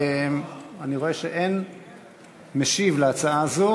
אני רואה שאין משיב על ההצעה הזו.